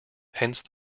hence